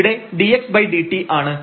ഇവിടെ dxdt ആണ്